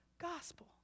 gospel